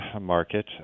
market